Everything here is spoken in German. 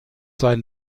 sein